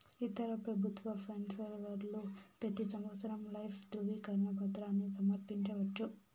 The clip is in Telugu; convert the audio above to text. ఇతర పెబుత్వ పెన్సవర్లు పెతీ సంవత్సరం లైఫ్ దృవీకరన పత్రాని సమర్పించవచ్చు